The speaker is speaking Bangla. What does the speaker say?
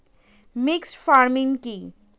মিক্সড ফার্মিং কি?